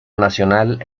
nacional